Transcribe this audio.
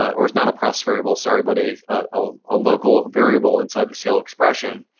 or not a process variable, sorry, but a ah a local variable inside the sail expression.